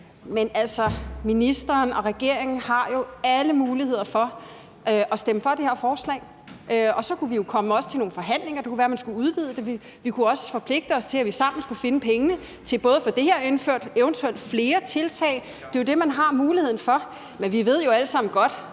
Men ministeren og regeringen har jo alle muligheder for at stemme for det her forslag, og så kunne vi jo også komme til nogle forhandlinger. Det kunne være, at man skulle udvide det. Vi kunne også forpligte os til, at vi sammen skulle finde pengene til at få det her indført og eventuelt indføre flere tiltag. Det er jo det, man har muligheden for. Vi ved jo alle sammen godt